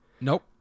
Nope